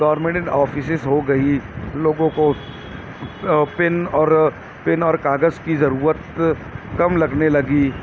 government offices ہو گئی لوگوں کو پن اور پن اور کاغذ کی ضرورت کم لگنے لگی